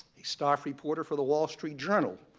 a staff reporter for the wall street journal,